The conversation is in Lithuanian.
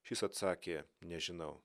šis atsakė nežinau